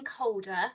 colder